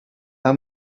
how